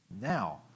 Now